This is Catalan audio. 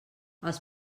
els